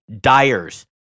dyers